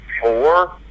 four